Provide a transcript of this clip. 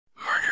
murder